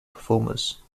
performers